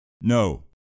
No